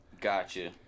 Gotcha